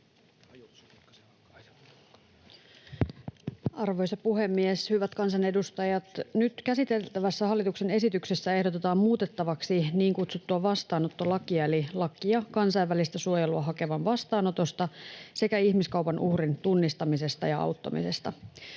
Arvoisa puhemies, hyvät kansanedustajat! Nyt käsiteltävässä hallituksen esityksessä ehdotetaan muutettavaksi niin kutsuttua vastaanottolakia eli lakia kansainvälistä suojelua hakevan vastaanotosta sekä ihmiskaupan uhrin tunnistamisesta ja auttamisesta.